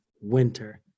winter